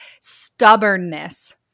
stubbornness